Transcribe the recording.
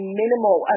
minimal